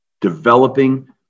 developing